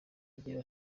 agira